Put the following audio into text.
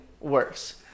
worse